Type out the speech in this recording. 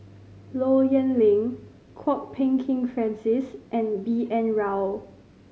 Low Yen Ling Kwok Peng Kin Francis and B N Rao